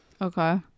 Okay